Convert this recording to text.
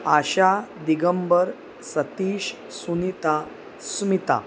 Asha Digambar Satish Sunita Sumita